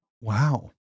wow